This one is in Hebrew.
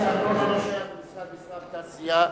נושא הארנונה לא שייך למשרד המסחר והתעשייה.